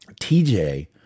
TJ